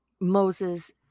Moses